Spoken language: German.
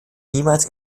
niemals